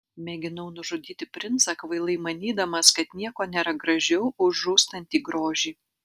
mėginau nužudyti princą kvailai manydamas kad nieko nėra gražiau už žūstantį grožį